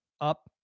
Up